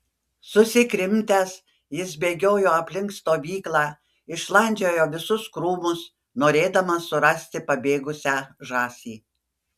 susikrimtęs jis bėgiojo aplink stovyklą išlandžiojo visus krūmus norėdamas surasti pabėgusią žąsį